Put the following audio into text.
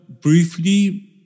briefly